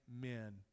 men